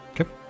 Okay